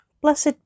Blessed